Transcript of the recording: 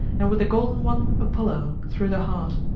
and with the golden one apollo, through the heart.